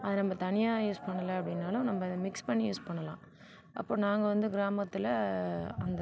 அதை நம்ப தனியாக யூஸ் பண்ணலை அப்படின்னாலும் நம்ப அதை மிக்ஸ் பண்ணி யூஸ் பண்ணலாம் அப்போ நாங்கள் வந்து கிராமத்தில் அந்த